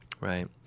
right